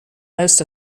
most